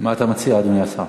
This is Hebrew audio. מה אתה מציע, אדוני השר?